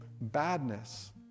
badness